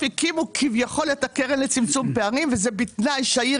הקימו כביכול את הקרן לצמצום פערים וזה בתנאי שהעיר